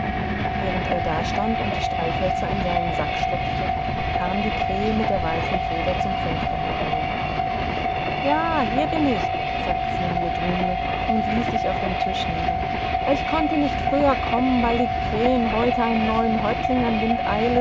was er mitnehmenkonnte warenvielleichteinpaarstreichhölzer erkletterteaufdentischhinaufundschwangsichmithilfedergardinenauf dasbrettüberdemfensterhinauf währenderdastandunddiestreichhölzer in seinen sack stopfte kam die krähe mit der weißen feder zum fenster herein ja hier bin ich sagte fumle drumle und ließ sich auf dem tisch nieder ich konnte nicht früher kommen weil die krähen heute einen neuen